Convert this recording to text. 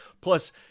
plus